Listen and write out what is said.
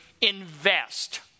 invest